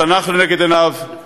התנ"ך לנגד עיניו,